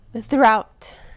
throughout